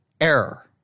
error